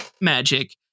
magic